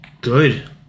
good